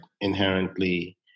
inherently